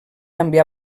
també